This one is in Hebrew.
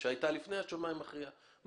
שהייתה לפני השמאי המכריע.